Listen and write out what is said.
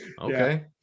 okay